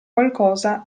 qualcosa